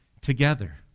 together